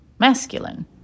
masculine